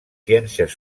ciències